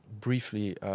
briefly